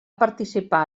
participar